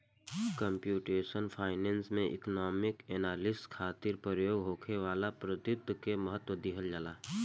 computational finance में economic analysis खातिर प्रयोग होखे वाला पद्धति के महत्व दीहल जाला